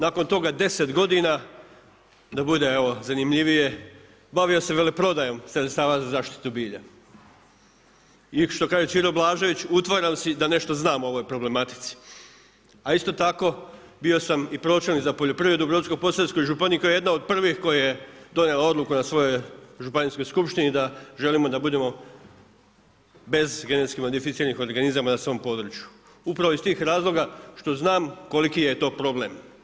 Nakon toga deset godina da bude evo zanimljivije bavio se veleprodajom sredstava za zaštitu bilja i što kaže Ćiro Blažević utvaram si da nešto znam o ovoj problematici, a isto tako bio sam i pročelnik za poljoprivredu u Brodsko-posavskoj županiji koja je jedna od prvih koja je donijela na svojoj županijskoj skupštini da želimo da budemo bez GMO-a na svom području, upravo iz tih razloga što znam koliki je to problem.